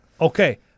Okay